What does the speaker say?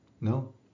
no